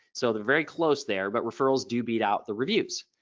so they're very close there. but referrals do beat out the reviews.